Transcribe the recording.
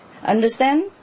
understand